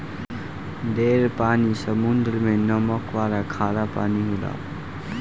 ढेर पानी समुद्र मे नमक वाला खारा पानी होला